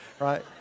right